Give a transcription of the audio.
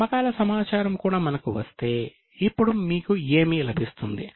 అమ్మకాల సమాచారం కూడా మనకు వస్తే ఇప్పుడు మీకు ఏమి లభిస్తుంది